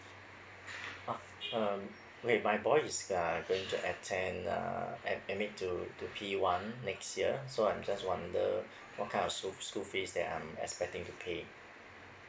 oh um okay my boys uh going to attend uh at admit to to P one next year so I'm just wonder what kind of school school fees that I'm expecting to pay